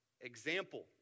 example